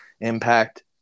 Impact